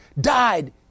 died